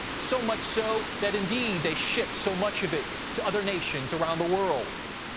so much so that, indeed, they ship so much of it to other nations around the world.